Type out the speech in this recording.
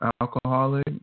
alcoholic